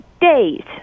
days